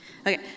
Okay